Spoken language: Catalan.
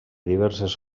diverses